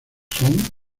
son